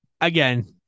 Again